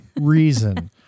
reason